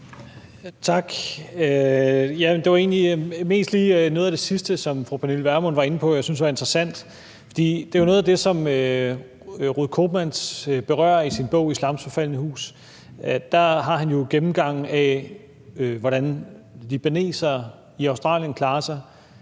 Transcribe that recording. Tak. Det var egentlig mest lige noget af det sidste, som fru Pernille Vermund var inde på, jeg synes var interessant, for det er jo noget af det, som Ruud Koopmans berører i sin bog »Islams forfaldne hus«. Der har han en gennemgang af, hvordan libanesere i Australien klarer sig,